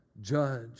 judge